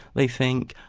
they think,